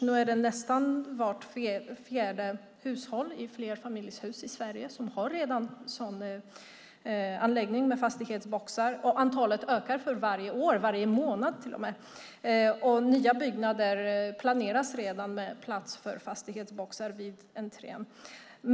Nu är det nästan vart fjärde hushåll i flerfamiljshus i Sverige som redan har fastighetsbox, och antalet ökar för varje år - varje månad till och med. Nya byggnader planeras också redan med plats för fastighetsboxar i entrén.